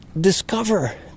discover